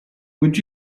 would